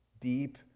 Deep